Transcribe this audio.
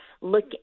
look